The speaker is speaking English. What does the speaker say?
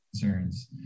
concerns